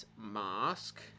mask